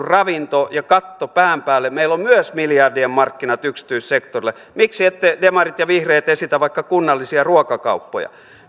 ravinto ja katto pään päälle meillä on myös miljardien markkinat yksityissektorilla miksi ette demarit ja vihreät esitä vaikka kunnallisia ruokakauppoja